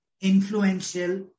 influential